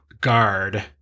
guard